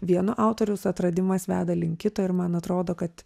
vieno autoriaus atradimas veda link kito ir man atrodo kad